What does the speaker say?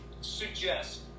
suggest